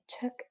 took